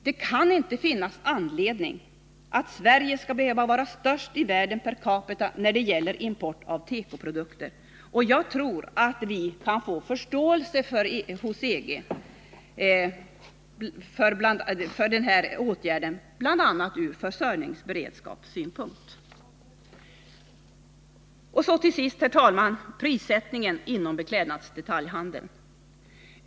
Det kan inte finnas anledning för Sverige att vara störst i världen per capita när det gäller import av tekoprodukter, och det tror jag man kan få förståelse för hos EG, bl.a. från försörjningsberedskapssynpunkt. Och så till sist, herr talman, prissättningen inom beklädnadsdetaljhandeln.